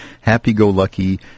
happy-go-lucky